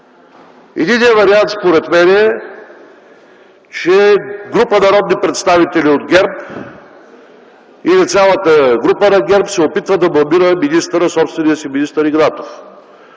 Единият вариант според мен е, че група народни представители от ГЕРБ или цялата група на ГЕРБ се опитва да бламира собствения си министър Игнатов